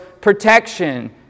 protection